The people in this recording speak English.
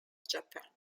japan